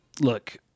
look